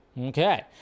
Okay